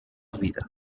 vida